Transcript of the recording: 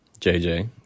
JJ